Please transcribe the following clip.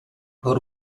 hor